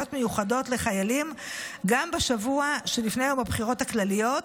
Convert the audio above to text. מיוחדות גם בשבוע שלפני יום הבחירות הכלליות,